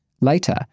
Later